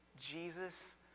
Jesus